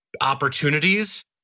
opportunities